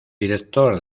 director